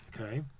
Okay